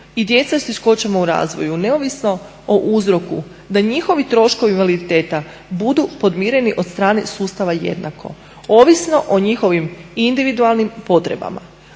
i djeca s teškoćama u razvoju, neovisno o uzroku da njihovi troškovi invaliditeta budu podmireni od strane sustava jednako, ovisno o njihovim individualnim potrebama.